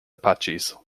apaches